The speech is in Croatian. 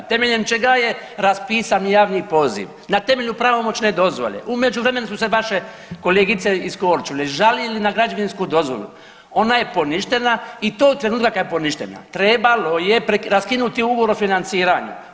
Temeljem čega je raspisan javni poziv, na temelju pravomoćne dozvole, u međuvremenu su se vaše kolegice iz Korčule žalili na građevinsku dozvolu, ona je poništena i tog trenutka kad je poništena trebalo je raskinuti ugovor o financiranju.